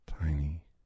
tiny